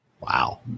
Wow